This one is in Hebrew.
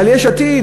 יש עתיד,